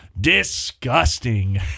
Disgusting